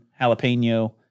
jalapeno